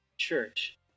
church